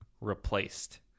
Replaced